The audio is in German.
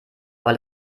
aber